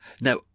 now